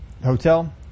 Hotel